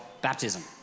baptism